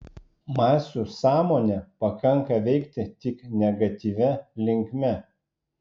masių sąmonę pakanka veikti tik negatyvia linkme